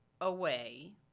away